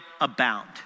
abound